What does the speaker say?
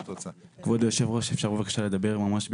כבוד היו"ר, אפשר בבקשה לדבר ממש בקצרה?